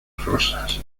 rosas